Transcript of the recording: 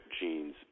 genes